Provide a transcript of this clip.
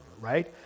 right